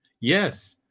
Yes